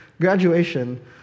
Graduation